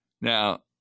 Now